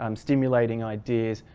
um stimulating ideas,